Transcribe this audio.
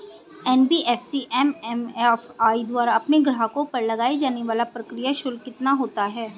NBFC MFI द्वारा अपने ग्राहकों पर लगाए जाने वाला प्रक्रिया शुल्क कितना होता है?